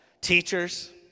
teachers